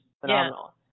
phenomenal